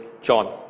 John